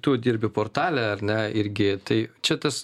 tu dirbi portale ar ne irgi tai čia tas